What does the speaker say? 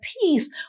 peace